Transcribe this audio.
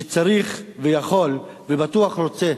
שצריך ויכול, ובטוח רוצה,